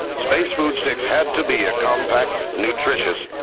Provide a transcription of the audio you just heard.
space food sticks had to be a compact, nutritious,